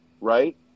right